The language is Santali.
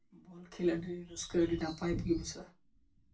ᱠᱷᱮᱞᱚᱸᱰ ᱨᱮ ᱨᱟᱹᱥᱠᱟᱹ ᱟᱹᱰᱤ ᱱᱟᱯᱟᱭ ᱥᱟᱺᱦᱤᱡ ᱵᱩᱡᱷᱟᱹᱜᱼᱟ